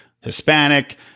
Hispanic